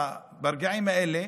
ברגעים האלה,